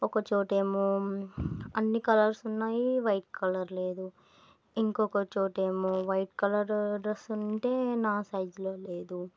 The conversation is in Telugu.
ఒకచోటేమో అన్ని కలర్స్ ఉన్నాయి వైట్ కలర్ లేదు ఇంకొకచోటేమో వైట్ కలర్ డ్రెస్ ఉంటే నా సైజులో లేదు